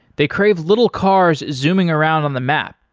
they crave little cars zooming around on the map.